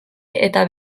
eta